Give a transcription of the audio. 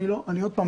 אני עוד פעם,